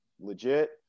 legit